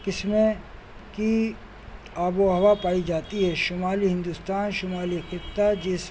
قسموں کی آب و ہوا پائی جاتی ہے شمالی ہندوستان شمالی خطہ جس